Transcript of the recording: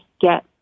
get